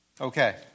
Okay